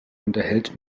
unterhält